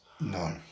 No